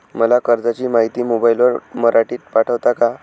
मला कर्जाची माहिती मोबाईलवर मराठीत पाठवता का?